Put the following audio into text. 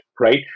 right